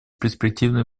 перспективы